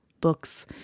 books